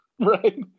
Right